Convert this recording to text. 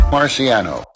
Marciano